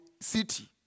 city